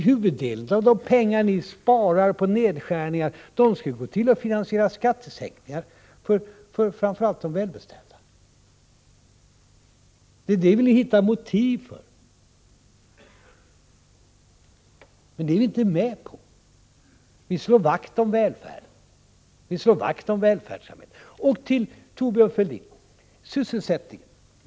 Huvuddelen av de pengar ni sparar på nedskärningar skall ju gå till att finansiera skattesänkningar för framför allt de välbeställda. Men detta är vi inte med på. Vi slår vakt om välfärdssamhället. Jag vill säga några ord till Thorbjörn Fälldin om sysselsättningen.